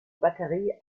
batterie